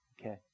okay